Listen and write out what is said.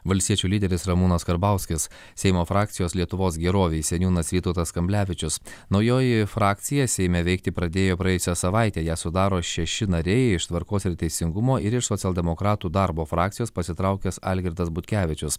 valstiečių lyderis ramūnas karbauskis seimo frakcijos lietuvos gerovei seniūnas vytautas kamblevičius naujoji frakcija seime veikti pradėjo praėjusią savaitę ją sudaro šeši nariai iš tvarkos ir teisingumo ir iš socialdemokratų darbo frakcijos pasitraukęs algirdas butkevičius